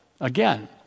again